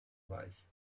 reich